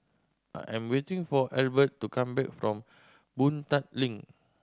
I am waiting for Adelbert to come back from Boon Tat Link